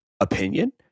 opinion